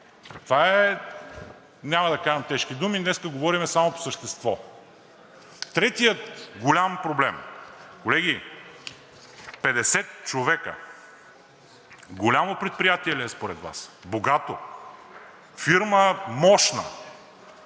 Това е, няма да казвам тежки думи – днес говорим само по същество. Третият голям проблем. Колеги, 50 човека голямо предприятие ли е според Вас, богато, мощна